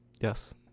Yes